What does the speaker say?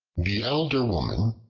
the elder woman,